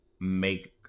make